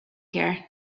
here